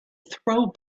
throw